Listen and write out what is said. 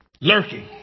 lurking